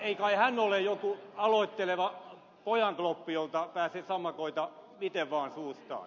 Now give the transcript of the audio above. ei kai hän ole joku aloitteleva pojankloppi jolta pääsee sammakoita miten vaan suusta